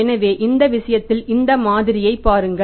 எனவே இந்த விஷயத்தில் இந்த மாதிரியைப் பாருங்கள்